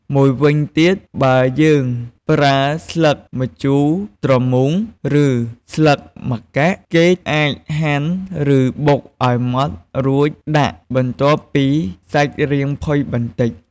មួយវិញទៀតបើយើងប្រើស្លឹកម្ជូរត្រមូងឬស្លឹកម្កាក់គេអាចហាន់ឬបុកឱ្យម៉ដ្ឋរូចដាក់បន្ទាប់ពីសាច់រាងផុយបន្តិច។